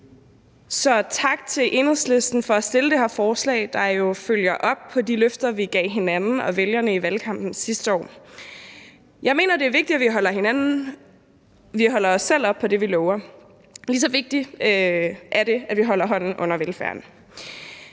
tak til Enhedslisten for at fremsætte det her forslag, der jo følger op på de løfter, vi gav hinanden og vælgerne i valgkampen sidste år. Jeg mener, det er vigtigt, at vi holder os selv op på det, vi lover, og lige så vigtigt er det, at vi holder hånden under velfærden.